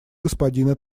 господина